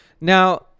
Now